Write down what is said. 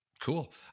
Cool